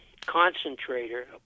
concentrator